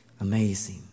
Amazing